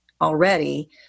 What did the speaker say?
already